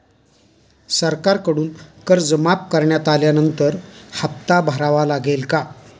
सरकारकडून कर्ज माफ करण्यात आल्यानंतर हप्ता भरावा लागेल का?